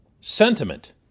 sentiment